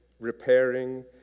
repairing